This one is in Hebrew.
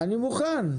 אני מוכן.